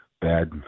bad